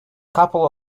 couple